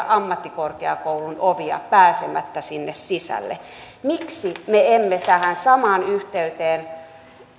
ammattikorkeakoulun ovia pääsemättä sinne sisälle miksi me emme tähän samaan yhteyteen